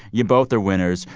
you both are winners.